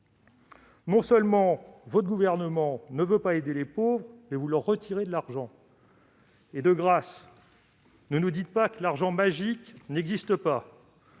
Non seulement votre gouvernement ne veut pas aider les pauvres, mais en plus il leur retire de l'argent. Et, de grâce, ne nous dites pas que « l'argent magique » n'existe pas